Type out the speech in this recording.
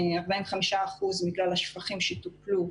45% מכלל השפכים שטופלו,